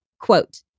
Quote